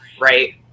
right